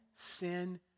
sin